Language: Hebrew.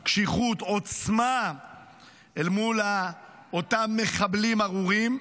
קשיחות, עוצמה אל מול אותם מחבלים ארורים.